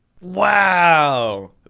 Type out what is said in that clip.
Wow